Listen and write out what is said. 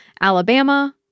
Alabama